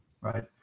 right